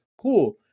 Cool